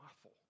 awful